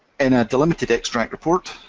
in a delimited extract report,